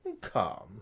Come